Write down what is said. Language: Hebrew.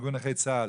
ארגון נכי צה"ל,